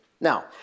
Now